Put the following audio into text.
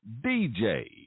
DJ